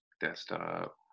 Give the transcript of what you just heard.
Desktop